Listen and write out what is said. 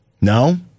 No